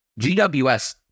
GWS